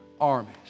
armies